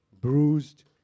bruised